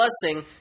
blessing